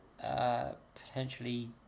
potentially